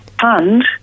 fund